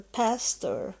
pastor